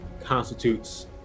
constitutes